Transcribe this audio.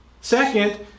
Second